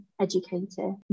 educator